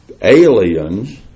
aliens